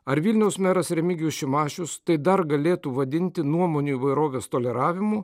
ar vilniaus meras remigijus šimašius tai dar galėtų vadinti nuomonių įvairovės toleravimu